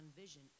vision